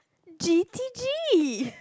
G_T_G